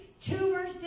tumors